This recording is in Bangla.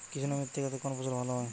কৃষ্ণ মৃত্তিকা তে কোন ফসল ভালো হয়?